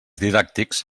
didàctics